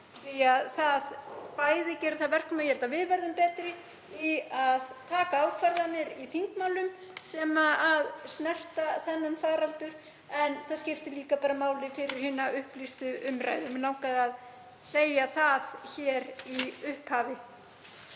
Það gerir að verkum að ég held að við verðum betri í að taka ákvarðanir í þingmálum sem snerta þennan faraldur en það skiptir líka máli fyrir hina upplýstu umræðu. Mig langaði að segja það hér í upphafi.